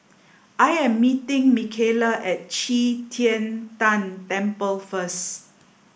I am meeting Mikaela at Qi Tian Tan Temple first